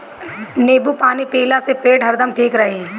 नेबू पानी पियला से पेट हरदम ठीक रही